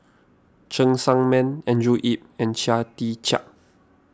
Cheng Tsang Man Andrew Yip and Chia Tee Chiak